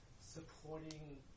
supporting